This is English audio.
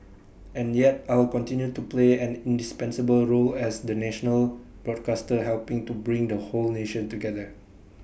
and yet I'll continue to play an indispensable role as the national broadcaster helping to bring the whole nation together